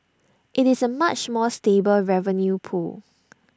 IT is A much more stable revenue pool